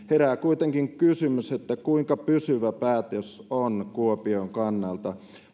herää kuitenkin kysymys kuinka pysyvä päätös on kuopion kannalta